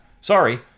Sorry